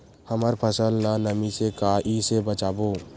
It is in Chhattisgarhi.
हमर फसल ल नमी से क ई से बचाबो?